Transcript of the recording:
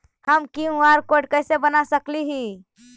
हम QR code कैसे बना सकली ही?